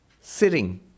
Sitting